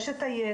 יש את הידע,